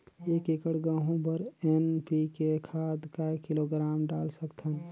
एक एकड़ गहूं बर एन.पी.के खाद काय किलोग्राम डाल सकथन?